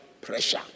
pressure